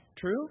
True